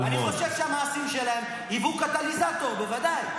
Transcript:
אני חושב שהמעשים שלהם היוו קטליזטור, בוודאי.